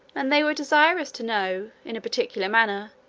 and they were desirous to know, in a particular manner,